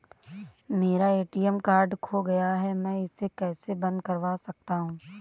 मेरा ATM card खो गया है मैं इसे कैसे बंद करवा सकता हूँ?